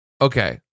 okay